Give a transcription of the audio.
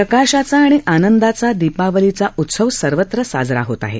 प्रकाशाचा आणि आनंदाचा दीपावलीचा उत्सव सर्वत्र साजरा होत आहे